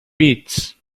pits